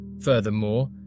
Furthermore